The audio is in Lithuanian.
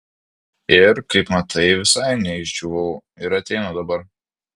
ir kaip matai visai neišdžiūvau ir ateinu dabar